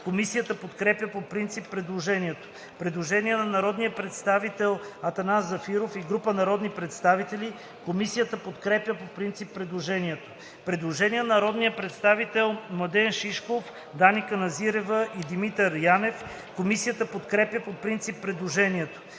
Комисията подкрепя по принцип предложението. Предложение на народния представител Атанас Зафиров и група народни представители. Комисията подкрепя по принцип предложението. Предложение на народните представители Младен Шишков, Дани Каназирева и Димитър Янев. Комисията подкрепя по принцип предложението.